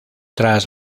tras